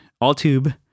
all-tube